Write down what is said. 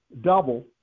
double